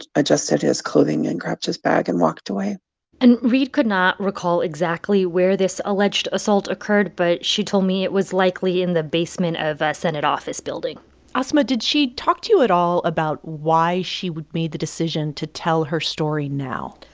adjusted his clothing and grabbed his bag and walked away and reade could not recall exactly where this alleged assault occurred, but she told me it was likely in the basement of a senate office building asma, did she talk to you at all about why she made the decision to tell her story now?